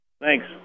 Thanks